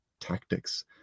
tactics